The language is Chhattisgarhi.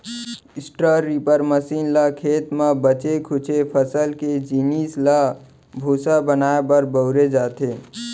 स्ट्रॉ रीपर मसीन ल खेत म बाचे खुचे फसल के जिनिस ल भूसा बनाए बर बउरे जाथे